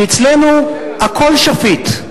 כי אצלנו הכול שפיט,